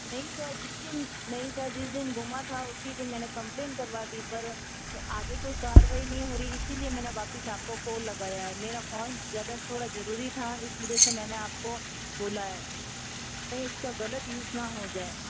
नहीं सर जिस दिन नहीं सर जिस दिन गुम हुआ था उसी दिन मैंने कंप्लेन करवा दी पर आगे कोई कारवाई नी हो रही इसीलिए मैंने वापस आपको कोल लगाया है मेरा फोन ज़्यादा थोड़ा जरूरी था इस वजह से मैंने आपको बोला है कहीं उसका गलत यूज़ ना हो जाए